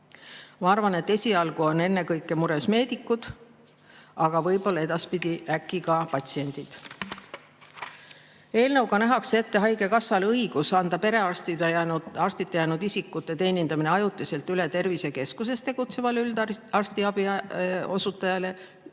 Ma arvan, et esialgu on ennekõike mures meedikud, aga edaspidi võib-olla ka patsiendid. Eelnõuga nähakse haigekassale ette õigus anda perearstita jäänud isikute teenindamine ajutiselt üle tervisekeskuses tegutsevale üldarstiabi osutajale